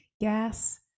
gas